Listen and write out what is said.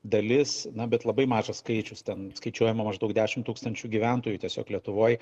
dalis na bet labai mažas skaičius ten skaičiuojama maždaug dešim tūkstančių gyventojų tiesiog lietuvoj